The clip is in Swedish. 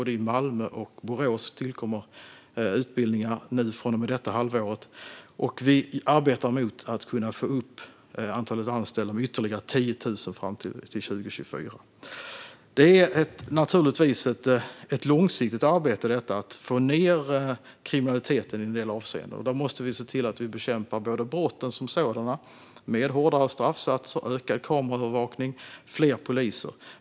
Det tillkommer utbildningar både i Malmö och i Borås från och med detta halvår. Vi arbetar för att kunna få upp antalet anställda med ytterligare 10 000 fram till år 2024. Det är naturligtvis ett långsiktigt arbete i en del avseenden att få ned kriminaliteten. Vi måste se till att vi bekämpar brotten som sådana med hårdare straff, ökad kameraövervakning och fler poliser.